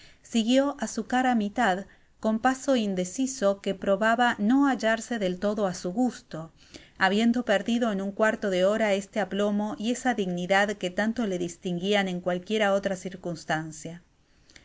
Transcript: siguió á s u cara mitad con paso indeciso que probaba no hallarse del todo á su gusto habiendo perdido en un cuarto de hora este aplomo y esa dignidad que tanto le distinguian en cualquiera otra circunstancia